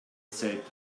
said